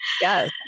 Yes